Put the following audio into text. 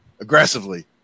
aggressively